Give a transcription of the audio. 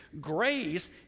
Grace